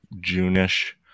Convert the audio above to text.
June-ish